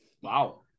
Wow